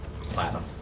Platinum